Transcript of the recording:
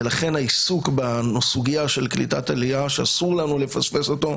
העיסוק בסוגייה של קליטת עלייה שאסור לנו לפספס אותו,